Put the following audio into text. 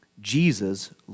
Jesus